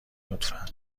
لطفا